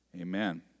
Amen